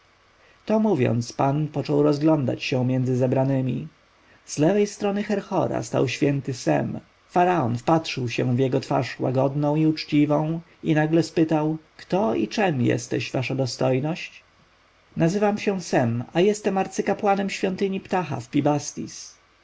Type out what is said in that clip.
to mówiąc pan począł rozglądać się między zebranymi z lewej strony herhora stał święty sem faraon wpatrzył się w jego twarz łagodną i uczciwą i nagle spytał kto i czem jesteś wasza dostojność nazywam się sem a jestem arcykapłanem świątyni phta w